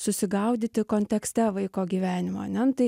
susigaudyti kontekste vaiko gyvenimo ane nu tai